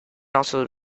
also